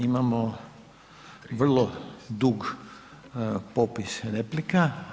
Imamo vrlo dug popis replika.